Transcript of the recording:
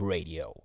Radio